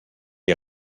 est